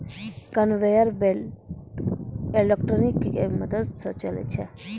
conveyor belt electric के मदद स चलै छै